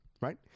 Right